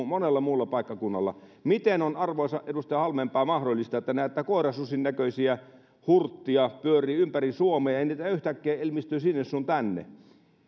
monella muulla paikkakunnalla miten on arvoisa edustaja halmeenpää mahdollista että näitä koirasuden näköisiä hurttia pyörii ympäri suomea ja niitä yhtäkkiä ilmestyy sinne sun tänne